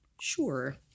Sure